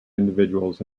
individuals